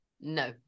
No